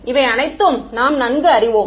இவை அனைத்தையும் நாம் நன்கு அறிவோம்